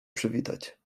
przywitać